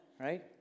Right